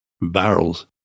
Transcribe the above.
barrels